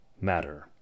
matter